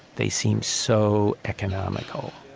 they seem so economical.